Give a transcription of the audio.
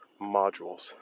modules